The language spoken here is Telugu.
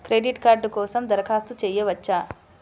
క్రెడిట్ కార్డ్ కోసం దరఖాస్తు చేయవచ్చా?